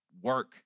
work